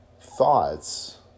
thoughts